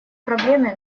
проблеме